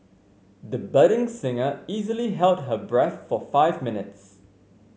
the budding singer easily held her breath for five minutes